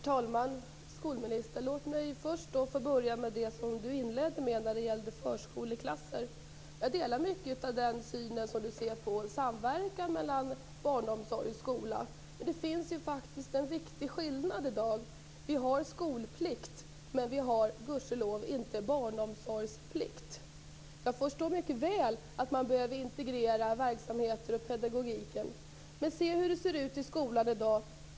Herr talman! Låt mig först ta upp det som skolministern inledde med när det gäller förskoleklasser. Jag delar mycket av synen på samverkan mellan barnomsorg och skola. Men det finns en viktig skillnad: vi har skolplikt, men vi har gudskelov inte barnomsorgsplikt. Jag förstår mycket väl att man behöver integrera verksamheter och pedagogik, men se hur det ser ut i skolan i dag.